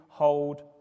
Hold